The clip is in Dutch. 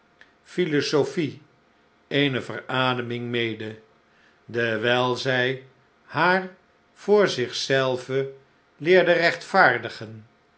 philosophie eene verademing mede dewijl zij haar voorzichzelve leerde rechtvaardigen